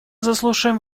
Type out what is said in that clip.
заслушаем